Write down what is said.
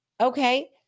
Okay